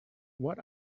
what